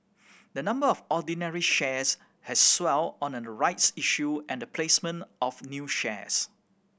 the number of ordinary shares has swelled on a rights issue and the placement of new shares